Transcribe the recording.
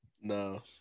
No